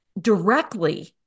directly